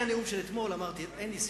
אבל אחרי הנאום של אתמול אמרתי שאין לי סיבה.